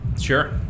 sure